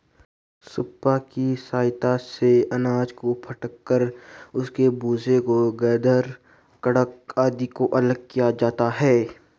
soup की सहायता से अनाज को फटक कर उसके भूसा, गर्दा, कंकड़ आदि को अलग किया जाता है